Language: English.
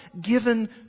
given